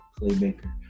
playmaker